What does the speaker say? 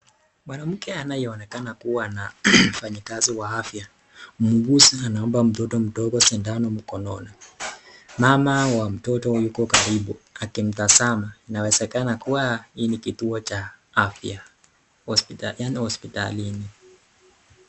Mwanamke anayeonekana kuwa na mfanyikazi wa afya, muuguzi anampa mtoto mdogo sindano mkononi, mama wa mtoto yuko karibu akimtazama inawezekana kuwa hii ni kituo cha afya yani hospitalini.